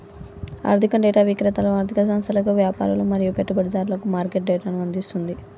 ఆర్థిక డేటా విక్రేతలు ఆర్ధిక సంస్థలకు, వ్యాపారులు మరియు పెట్టుబడిదారులకు మార్కెట్ డేటాను అందిస్తది